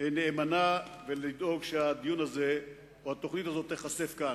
נאמנה ולדאוג שהדיון הזה או התוכנית הזאת תיחשף כאן.